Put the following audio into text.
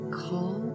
call